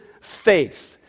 faith